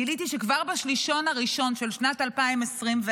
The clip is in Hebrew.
גיליתי שכבר בשלישון הראשון של שנת 2024,